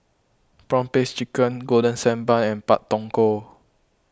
Prawn Paste Chicken Golden Sand Bun and Pak Thong Ko